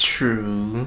True